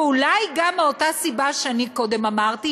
ואולי גם מאותה סיבה שאני קודם אמרתי,